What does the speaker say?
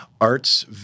Arts